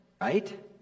right